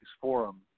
Forum